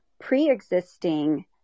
pre-existing